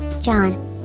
John